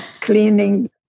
cleaning